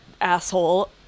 asshole